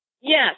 Yes